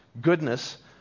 goodness